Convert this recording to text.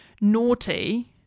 naughty